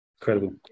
incredible